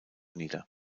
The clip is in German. nieder